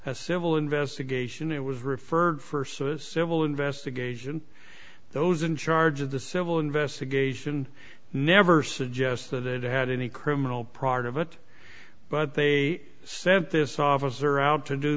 as civil investigation it was referred for so a civil investigation those in charge of the civil investigation never suggested it had any criminal proud of it but they sent this officer out